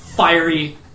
fiery